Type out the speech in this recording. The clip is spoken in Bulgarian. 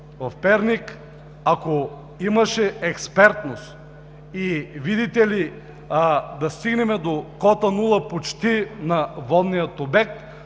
В Перник, ако имаше експертност и, видите ли, да стигнем почти до кота нула почти на водния обект,